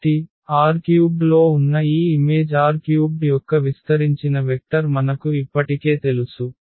కాబట్టి R³ లో ఉన్న ఈ ఇమేజ్ R³ యొక్క విస్తరించిన వెక్టర్ మనకు ఇప్పటికే తెలుసు